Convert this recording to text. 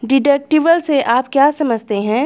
Deductible से आप क्या समझते हैं?